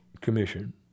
Commission